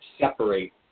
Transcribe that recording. separate